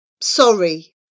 Sorry